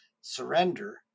surrender